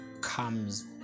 comes